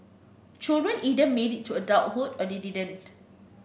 children either made it to adulthood or they didn't